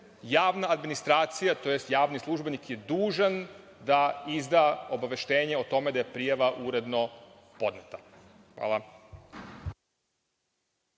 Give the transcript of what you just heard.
javna administracija, tj. javni službenik je dužan da izda obaveštenje o tome da je prijava uredno podneta. Hvala.